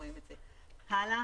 רחלי,